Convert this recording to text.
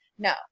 No